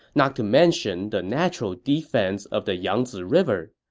not to mention the natural defense of the yangzi river.